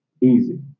Easy